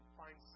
find